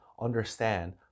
understand